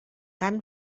tan